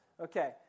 Okay